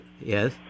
Yes